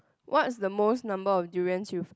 what's the most number of durians you've